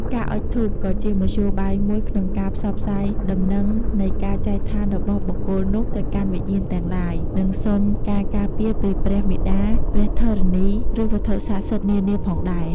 ការអុជធូប ក៏ជាមធ្យោបាយមួយក្នុងការផ្សព្វផ្សាយដំណឹងនៃការចែកឋានរបស់បុគ្គលនោះទៅកាន់វិញ្ញាណទាំងឡាយ និងសុំការការពារពីព្រះមាតាព្រះធរណី ឬវត្ថុសក្តិសិទ្ធិនានាផងដែរ។